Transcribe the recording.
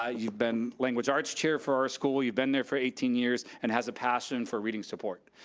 ah you've been language arts chair for our school, you've been there for eighteen years, and has a passion for reading support,